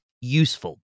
useful